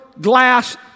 glass